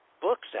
books